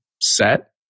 set